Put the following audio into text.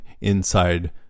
inside